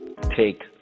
take